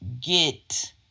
get